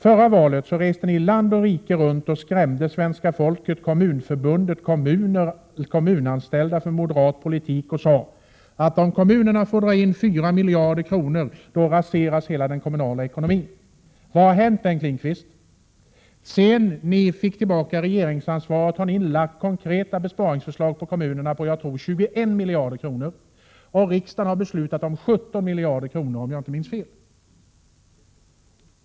Förra valet reste ni land och rike runt och skrämde svenska folket, Kommunförbundet, kommuner och kommunanställda för moderat politik och sade att om kommunerna får dra in 4 miljarder kronor, då raseras hela den kommunala ekonomin. Vad har hänt, Bengt Lindqvist? Sedan ni fick tillbaka regeringsansvaret har ni lagt fram konkreta besparingsförslag i fråga om bidragen till kommunerna på 21 miljarder kronor, och riksdagen har beslutat om besparingar på 17 miljarder kronor, om jag inte minns fel.